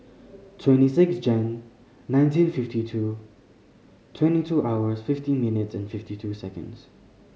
twenty six Jan nineteen fifty two twenty two hours fifty minutes and fifty two seconds